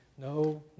no